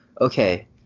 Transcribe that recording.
okay